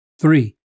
Three